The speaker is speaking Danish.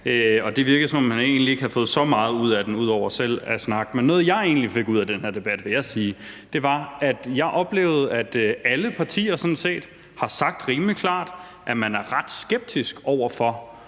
ordføreren egentlig ikke havde fået så meget ud af den, ud over selv at snakke. Men noget, jeg egentlig fik ud af den her debat, vil jeg sige, var, at jeg oplevede, at alle partier sådan set siger rimelig klart, at man er ret skeptisk over for